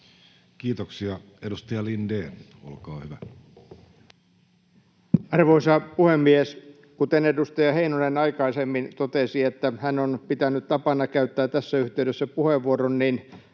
Time: 15:00 Content: Arvoisa puhemies! Kuten edustaja Heinonen aikaisemmin totesi, että hän on pitänyt tapana käyttää tässä yhteydessä puheenvuoron, niin